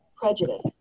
prejudice